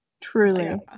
Truly